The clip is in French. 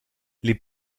les